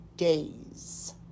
Days